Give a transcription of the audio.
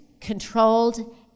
controlled